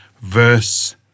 verse